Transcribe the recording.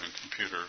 computer